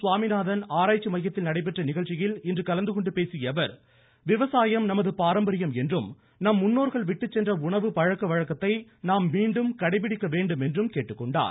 சுவாமிநாதன் ஆராய்ச்சி மையத்தில் நடைபெற்ற நிகழ்ச்சியில் இன்று கலந்துகொண்டு பேசியஅவர் விவசாயம் நமது பாரம்பரியம் என்றும் நம் முன்னோர்கள் விட்டுச் சென்ற உணவு பழக்க வழக்கத்தை நாம் மீண்டும் கடைப்பிடிக்க வேண்டுமென்றும் என்று கேட்டுக்கொண்டார்